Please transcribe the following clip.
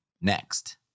next